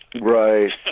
Right